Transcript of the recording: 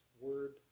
word